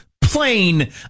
plain